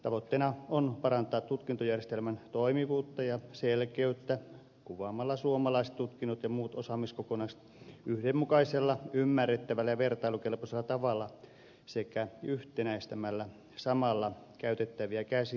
tavoitteena on parantaa tutkintojärjestelmän toimivuutta ja selkeyttä kuvaamalla suomalaiset tutkinnot ja muut osaamiskokonaisuudet yhdenmukaisella ymmärrettävällä ja vertailukelpoisella tavalla sekä yhtenäistämällä samalla käytettäviä käsitteitä